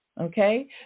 Okay